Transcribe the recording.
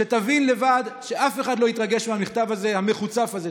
שתבין לבד שאף אחד לא יתרגש מהמכתב המחוצף הזה.